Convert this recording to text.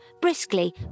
briskly